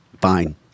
fine